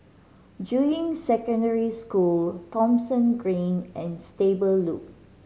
Juying Secondary School Thomson Green and Stable Loop